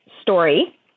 story